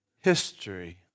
history